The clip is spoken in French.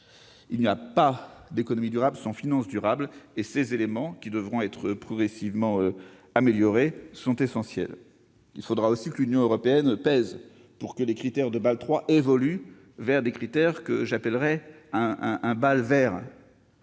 Il n'y a pas d'économie durable sans finances durables. Ces éléments, qui devront être progressivement améliorés, sont essentiels. Il faudra aussi que l'Union européenne pèse pour que les critères de Bâle III évoluent afin de tendre vers un « Bâle vert